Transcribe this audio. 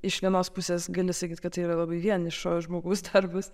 iš vienos pusės gali sakyt kad tai yra labai vienišo žmogaus darbas